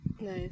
Nice